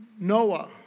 Noah